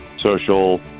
social